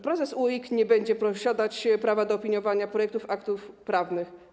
Prezes UOKiK nie będzie posiadać prawa do opiniowania projektów aktów prawnych.